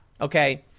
Okay